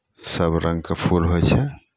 सभ रङ्गके फूल होइ छै